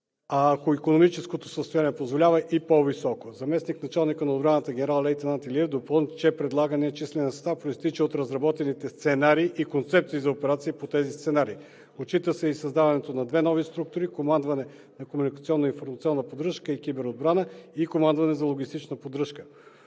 ако икономическото състояние позволява – и по-високо. Заместник-началникът на отбраната генерал-лейтенант Илиев допълни, че предлаганият числен състав произтича от разработените сценарии и концепции за операциите по тези сценарии. Отчита се и създаването на две нови структури – Командване за комуникационно-информационна поддръжка и киберотбрана и Командване за логистична поддръжка.